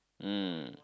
um